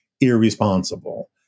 irresponsible